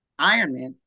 Ironman